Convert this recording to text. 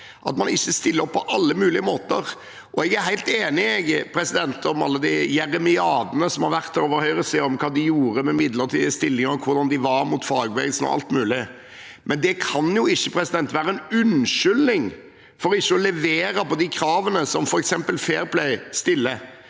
at man ikke stiller opp på alle mulige måter. Jeg er helt enig i alle de jeremiadene som har vært over høyresiden, om hva de gjorde med midlertidige stillinger, hvordan de var mot fagbevegelsen, og alt mulig, men det kan ikke være en unnskyldning for ikke å levere på de kravene f.eks. Fair Play stiller.